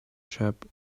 shop